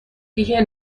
دیگه